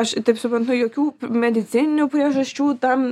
aš taip suprantu jokių medicininių priežasčių tam